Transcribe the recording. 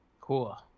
Cool